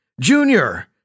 Junior